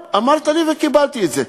אמרת לי, וקיבלתי את זה.